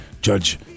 Judge